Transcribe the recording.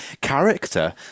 character